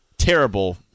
Terrible